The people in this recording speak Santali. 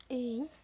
ᱤᱧ